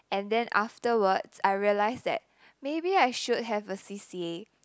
and then afterwards I realized that maybe I should have a c_c_a